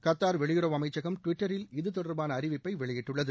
Qatar வெளியுறவு அமைச்சகம் டுவிட்டரில் இது தொடர்பான அறிவிப்பை வெளியிட்டுள்ளது